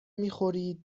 میخورید